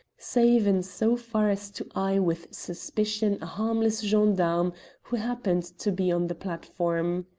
save in so far as to eye with suspicion a harmless gendarme who happened to be on the platform.